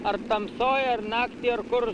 ar tamsoj ar naktį ar kur